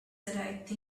that